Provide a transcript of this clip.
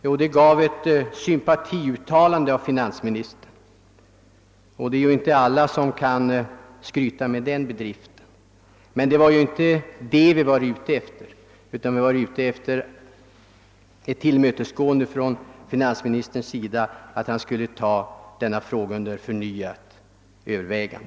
Jo, det har givit ett sympatiuttalande av finansministern. Det var emellertid inte detta jag var ute efter, vad jag önskade var ett tillmötesgående från finansministerns sida om att denna fråga skulle OMPrövas.